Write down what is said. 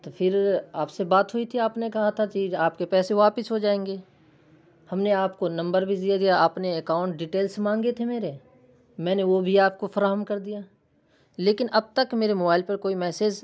تو پھر آپ سے بات ہوئی تھی آپ نے کہا تھا جی آپ کے پیسے واپس ہو جائیں گے ہم نے آپ کو نمبر بھی دیا گیا آپ نے اکاؤنٹ ڈیٹیلس مانگے تھے میرے میں نے وہ بھی آپ کو فراہم کر دیا لیکن اب تک میرے موبائل پر کوئی میسج